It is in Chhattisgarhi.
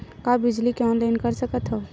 का बिजली के ऑनलाइन कर सकत हव?